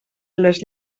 les